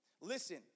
Listen